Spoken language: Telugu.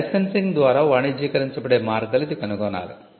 లైసెన్సింగ్ ద్వారా వాణిజ్యీకరించబడే మార్గాలు ఇది కనుగొనాలి